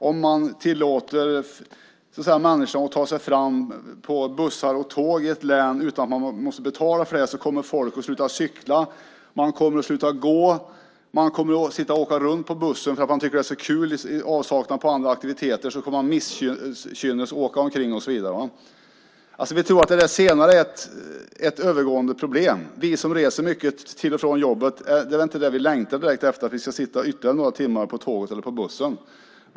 Om människor i ett län tillåts ta sig fram på bussar och tåg utan att behöva betala för det kommer man, heter det, att sluta cykla och gå. I stället kommer man att åka runt med bussen därför att man tycker att det är så kul. I avsaknad av andra aktiviteter kommer man att okynnesåka och så vidare. Vi tror att det senare är ett övergående problem. Vi som reser mycket till och från jobbet längtar väl inte direkt efter att sitta ytterligare några timmar på tåget eller på bussen.